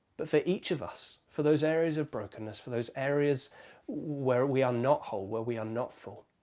but for each of us, for those areas of brokenness, for those areas where we are not whole where we are not full